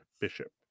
Bishop